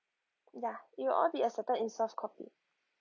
ya it'll all be accepted in soft copy